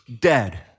dead